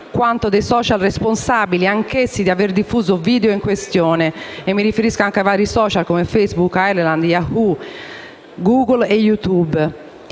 quanto dei *social* responsabili anch'essi di aver diffuso il video in questione. Mi riferisco ai vari *social* come Facebook, Yahoo, Google e YouTube.